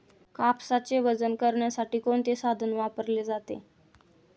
कापसाचे वजन करण्यासाठी कोणते साधन वापरले जाते?